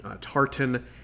Tartan